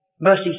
mercy